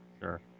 sure